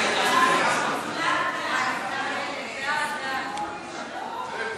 ההצעה להעביר את הצעת חוק העונשין (תיקון,